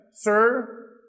Sir